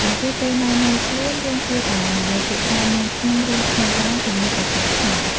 ចំពោះពេលណែនាំខ្លួន យើងគួរតែនិយាយពាក្យថា "នាងខ្ញុំ" ឬ "ខ្ញុំបាទ" ជំនួសឲ្យពាក្យ "ខ្ញុំ"។